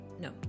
No